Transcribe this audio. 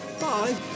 Bye